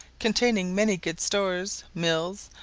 containing many good stores, mills,